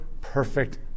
perfect